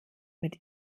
mit